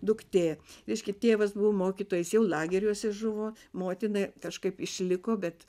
duktė reiškia tėvas buvo mokytojas jau lageriuose žuvo motina kažkaip išliko bet